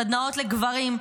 סדנאות לגברים,